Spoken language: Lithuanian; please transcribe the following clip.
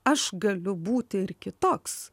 aš galiu būti ir kitoks